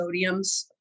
sodiums